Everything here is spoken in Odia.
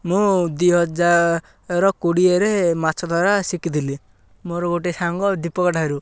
ମୁଁ ଦୁଇ ହଜାର କୋଡ଼ିଏରେ ମାଛ ଧରା ଶିଖିଥିଲି ମୋର ଗୋଟେ ସାଙ୍ଗ ଦୀପକ ଠାରୁ